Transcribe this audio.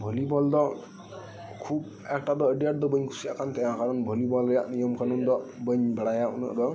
ᱵᱷᱚᱞᱤ ᱵᱚᱞᱫᱚ ᱠᱷᱩᱵ ᱮᱠᱴᱟᱫᱚ ᱟᱹᱰᱤ ᱟᱴᱫᱚ ᱵᱟᱹᱧ ᱠᱩᱥᱤᱭᱟᱜ ᱠᱟᱱᱛᱟᱦᱮᱸᱜᱼᱟ ᱠᱟᱨᱚᱱ ᱵᱷᱚᱞᱤᱵᱚᱞ ᱨᱮᱭᱟᱜ ᱱᱤᱭᱚᱢ ᱠᱟᱹᱱᱩᱱᱫᱚ ᱵᱟᱹᱧ ᱵᱟᱲᱟᱭᱟ ᱩᱱᱟᱹᱜ ᱫᱚ